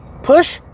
Push